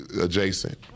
adjacent